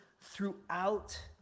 throughout